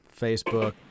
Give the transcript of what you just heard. Facebook